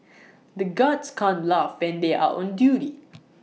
the guards can't laugh when they are on duty